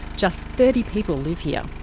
just thirty people live here.